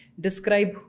describe